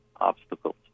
obstacles